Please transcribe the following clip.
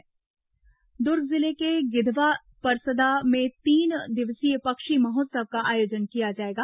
पक्षी महोत्सव दुर्ग जिले के गिधवा परसदा में तीन दिवसीय पक्षी महोत्सव का आयोजन किया जाएगा